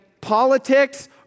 politics